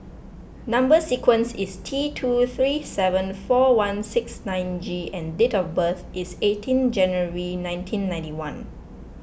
Number Sequence is T two three seven four one six nine G and date of birth is eighteen January nineteen ninety one